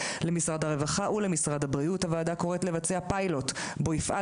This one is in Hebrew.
למשרד הרווחה ולמשרד הבריאות הוועדה קוראת לבצע פיילוט בו יפעל